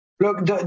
Look